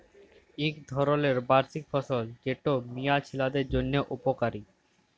ইক ধরলের বার্ষিক ফসল যেট মিয়া ছিলাদের জ্যনহে উপকারি